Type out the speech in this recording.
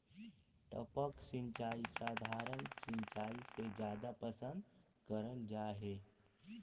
टपक सिंचाई सधारण सिंचाई से जादा पसंद करल जा हे